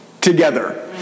together